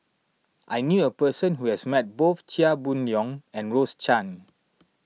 I knew a person who has met both Chia Boon Leong and Rose Chan